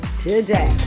today